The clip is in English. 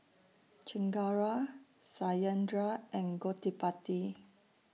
Chengara Satyendra and Gottipati